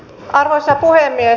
arvoisa puhemies